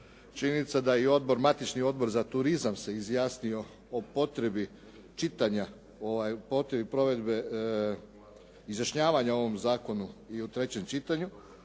činjenica da i odbor, matični Odbor za turizam se izjasnio o potrebi čitanja, potrebi provedbe izjašnjavanja o ovom zakonu i u trećem čitanju